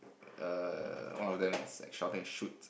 err one of them is like shotting shoot